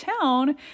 town